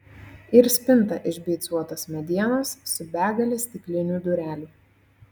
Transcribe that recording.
ir spinta iš beicuotos medienos su begale stiklinių durelių